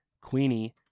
queenie